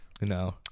No